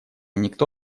никто